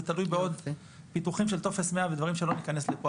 זה תלוי בעוד פיתוחים של טופס 100 ודברים שלא ניכנס אליהם פה.